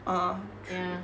uh true